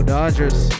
Dodgers